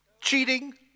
Cheating